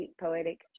poetic